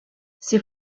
ces